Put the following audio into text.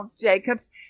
Jacobs